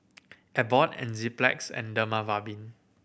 Abbott Enzyplex and Dermaveen